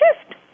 shift